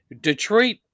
Detroit